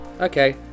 okay